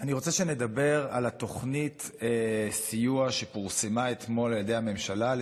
אני רוצה שנדבר על תוכנית הסיוע למשרתי המילואים שפרסמה אתמול הממשלה.